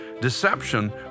Deception